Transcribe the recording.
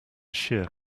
shear